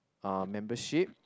uh membership